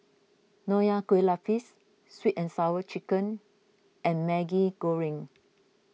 Nonya Kueh Lapis Sweet and Sour Chicken and Maggi Goreng